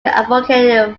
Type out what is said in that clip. advocated